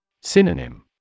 Synonym